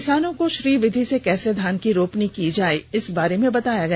किसानों को श्री विंधि से कैसे धान की रोपनी की जाए इस बारे में बताया गया